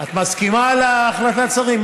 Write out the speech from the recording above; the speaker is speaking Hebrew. את מסכימה להחלטת השרים?